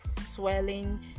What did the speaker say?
swelling